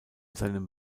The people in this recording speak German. seinem